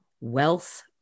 wealth